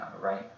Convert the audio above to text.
right